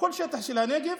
מכל שטח הנגב.